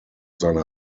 seiner